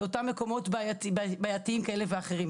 לאותם מקומות בעייתיים כאלה ואחרים.